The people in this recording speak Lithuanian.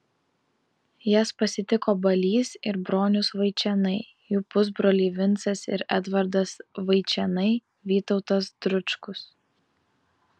jas pasitiko balys ir bronius vaičėnai jų pusbroliai vincas ir edvardas vaičėnai vytautas dručkus